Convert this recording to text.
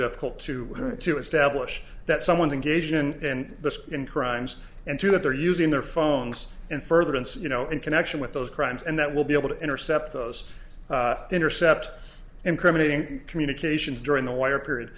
difficult to to establish that someone's engaged in this in crimes and to that they're using their phones in furtherance you know in connection with those crimes and that will be able to intercept those intercept incriminating communications during the wire period